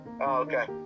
okay